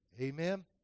Amen